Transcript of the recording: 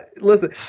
Listen